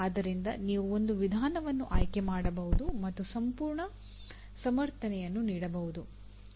ಅದರಿಂದ ನೀವು ಒಂದು ವಿಧಾನವನ್ನು ಆಯ್ಕೆ ಮಾಡಬಹುದು ಮತ್ತು ಸಂಪೂರ್ಣ ಸಮರ್ಥನೆಯನ್ನು ನೀಡಬಹುದು